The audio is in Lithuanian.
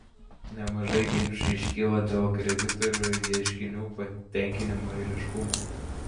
nemažai ginčų iškyla dėl kreditorių ieškinių patenkinimo eiliškumo